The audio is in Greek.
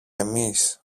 εμείς